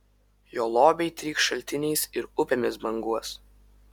jo lobiai trykš šaltiniais ir upėmis banguos